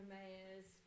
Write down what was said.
Mayor's